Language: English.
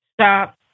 stop